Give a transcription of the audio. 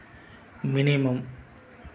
minimum